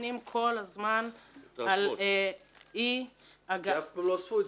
ומתלוננים כל הזמן על אי הגעה --- כי לא אספו את זה,